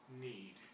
need